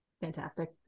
Fantastic